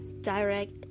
direct